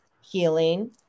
healing